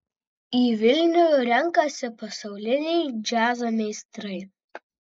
į vilnių renkasi pasauliniai džiazo meistrai